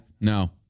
No